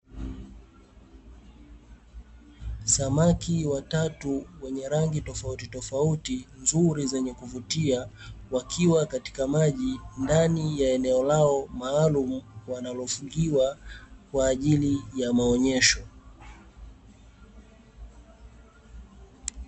Samaki watatu, wenye rangi tofautitofauti nzuri zenye kuvutia wakiwa katika maji ndani ya eneo lao maalumu wanalofugiwa kwaajili ya maonyesho.